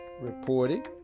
reporting